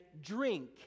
drink